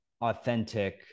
authentic